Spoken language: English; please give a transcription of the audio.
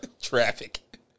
Traffic